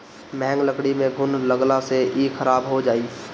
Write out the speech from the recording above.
महँग लकड़ी में घुन लगला से इ खराब हो जाई